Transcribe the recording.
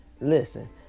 listen